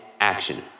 action